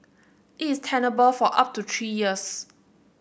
it is tenable for up to three years